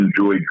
enjoy